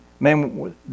Man